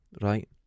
right